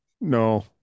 no